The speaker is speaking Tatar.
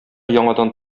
яңадан